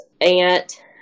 aunt